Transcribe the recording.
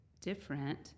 different